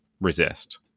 resist